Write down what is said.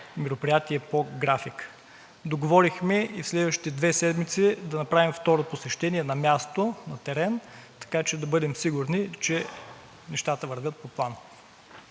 мероприятия по график. Договорихме и в следващите две седмици да направим второ посещение на място, на терен, така че да бъдем сигурни, че нещата вървят по план.